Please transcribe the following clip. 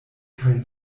kaj